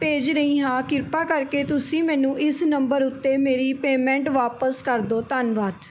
ਭੇਜ ਰਹੀ ਹਾਂ ਕਿਰਪਾ ਕਰਕੇ ਤੁਸੀਂ ਮੈਨੂੰ ਇਸ ਨੰਬਰ ਉੱਤੇ ਮੇਰੀ ਪੇਮੈਂਟ ਵਾਪਸ ਕਰ ਦਿਓ ਧੰਨਵਾਦ